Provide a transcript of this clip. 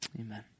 Amen